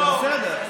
אבל בסדר.